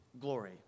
glory